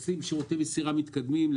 אנחנו עושים שירותי מסירה מתקדמים.